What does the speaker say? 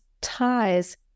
ties